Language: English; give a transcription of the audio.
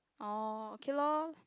oh okay lor